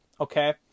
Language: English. Okay